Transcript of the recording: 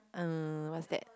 uh what's that